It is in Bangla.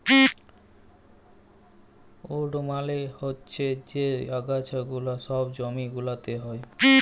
উইড মালে হচ্যে যে আগাছা গুলা সব জমি গুলাতে হ্যয়